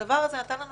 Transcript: הדבר הזה נתן לנו